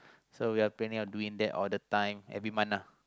so we are planning on doing that all the time every month ah